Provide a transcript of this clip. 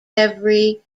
every